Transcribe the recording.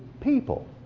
people